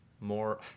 more